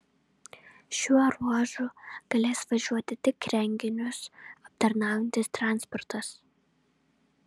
šiuo ruožu galės važiuoti tik renginius aptarnaujantis transportas